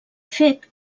fet